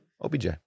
OBJ